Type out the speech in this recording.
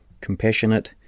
Compassionate